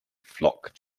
flock